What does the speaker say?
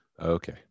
okay